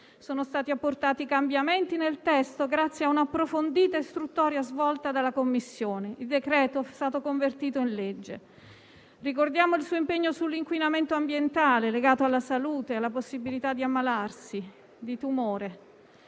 sono stati apportati cambiamenti al testo grazie a un'approfondita istruttoria svolta dalla Commissione. Il decreto è stato convertito in legge. Ricordiamo il suo impegno sull'inquinamento ambientale legato alla salute e alla possibilità di ammalarsi di tumore.